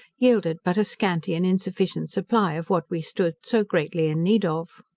yielded but a scanty and insufficient supply of what we stood so greatly in need of.